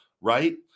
right